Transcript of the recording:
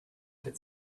that